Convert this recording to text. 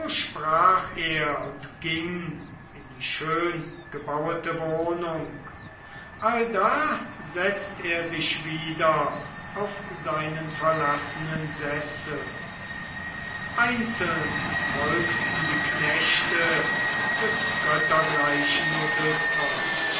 sprach er und ging in die schöngebauete wohnung allda setzt er sich wieder auf seinen verlassenen sessel einzeln folgten die knechte des